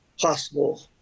possible